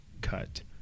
cut